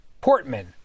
Portman